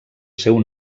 seu